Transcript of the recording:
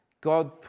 God